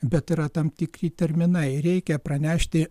bet yra tam tikri terminai reikia pranešti